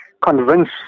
convince